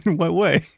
what way?